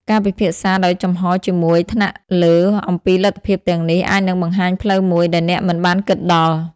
ការពិភាក្សាដោយចំហរជាមួយថ្នាក់លើអំពីលទ្ធភាពទាំងនេះ អាចនឹងបង្ហាញផ្លូវមួយដែលអ្នកមិនបានគិតដល់។